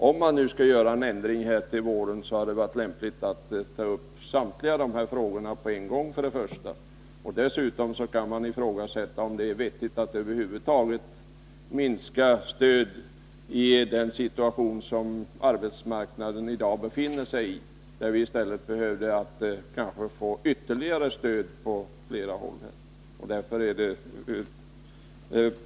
Om man skall göra en ändring till våren, hade det varit lämpligt att ta upp samtliga frågor på en gång. Dessutom kan man ifrågasätta, om det över huvud taget är vettigt att minska stödet med tanke på situationen på arbetsmarknaden i dag. I stället behövs det kanske ytterligare stöd på flera håll.